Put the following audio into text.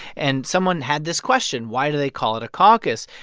and someone had this question, why do they call it a caucus?